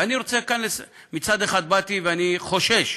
ואני רוצה כאן, מצד אחד באתי ואני חושש,